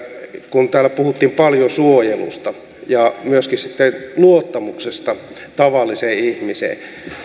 kun täällä puhuttiin paljon suojelusta ja myöskin sitten luottamuksesta tavalliseen ihmiseen